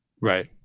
Right